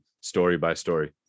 story-by-story